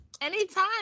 Anytime